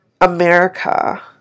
America